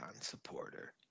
supporter